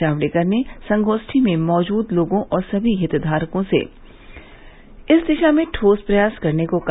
जावड़ेकर ने संगोष्ठी में मौजूद लोगों और सभी हितधारकों से इस दिशा में ठोस प्रयास करने को कहा